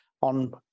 on